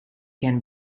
can